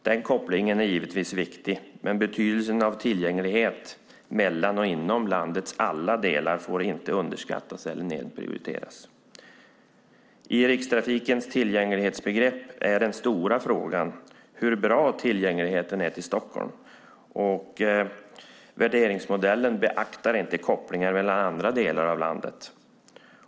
Den kopplingen är givetvis viktig, men betydelsen av tillgänglighet mellan och inom landets alla delar får inte underskattas eller nedprioriteras. I Rikstrafikens tillgänglighetsbegrepp är den stora frågan hur bra tillgängligheten till Stockholm är. Värderingsmodellen beaktar inte kopplingar mellan andra delar av landet.